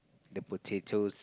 the potatoes